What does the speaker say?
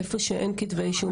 איפה שאין כתבי אישום,